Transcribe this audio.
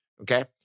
okay